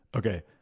Okay